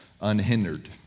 unhindered